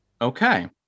okay